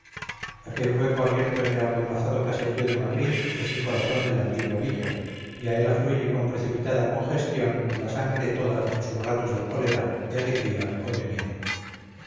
aquel hueco abierto en el apelmazado caserío de madrid es el corazón de la antigua villa y a él afluye con precipitada congestión la sangre toda en sus ratos de cólera de alegría o de miedo